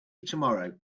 tomorrow